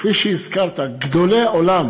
כפי שהזכרת, גדולי עולם